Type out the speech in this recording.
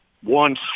one